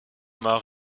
marc